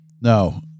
No